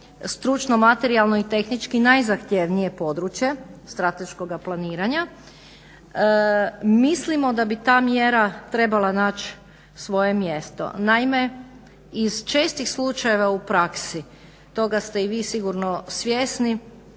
stručno materijalno i tehnički najzahtjevnije područje strateškoga planiranja mislimo da bi ta mjera trebala naći svoje mjesto. Naime, iz čestih slučajeva u praksi, toga ste i vi sigurno svjesni,